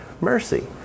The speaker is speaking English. Mercy